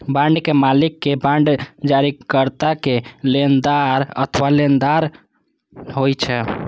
बांडक मालिक बांड जारीकर्ता के देनदार अथवा लेनदार होइ छै